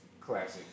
Classic